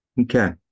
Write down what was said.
Okay